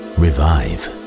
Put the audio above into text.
revive